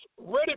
ready